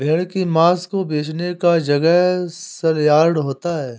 भेड़ की मांस को बेचने का जगह सलयार्ड होता है